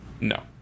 No